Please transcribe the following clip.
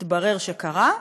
התברר שקרה,